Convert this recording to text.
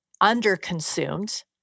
under-consumed